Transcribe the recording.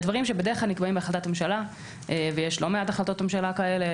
אלה דברים שבדרך כלל נקבעים בהחלטת ממשלה ויש לא מעט החלטות ממשלה כאלה,